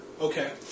Okay